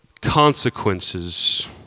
consequences